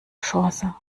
chance